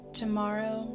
tomorrow